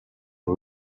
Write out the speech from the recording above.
are